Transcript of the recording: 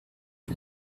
die